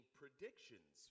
predictions